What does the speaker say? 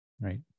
right